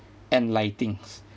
and lightings